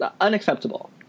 unacceptable